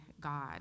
God